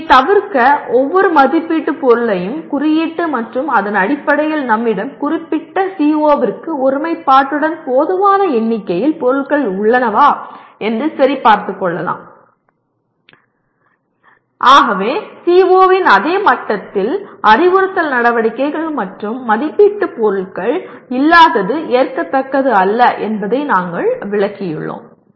இதை தவிர்க்க ஒவ்வொரு மதிப்பீட்டு பொருளையும் குறியீட்டு மற்றும் அதன் அடிப்படையில் நம்மிடம் குறிப்பிட்ட CO விற்கு ஒருமைப்பாட்டுடன் போதுமான எண்ணிக்கையில் பொருட்கள் உள்ளனவா என்று சரி பார்த்துக் கொள்ளலாம் ஆகவே CO இன் அதே மட்டத்தில் அறிவுறுத்தல் நடவடிக்கைகள் மற்றும் மதிப்பீட்டுப் பொருட்கள் இல்லாதது ஏற்கத்தக்கது அல்ல என்பதை நாங்கள் விளக்கியுள்ளோம்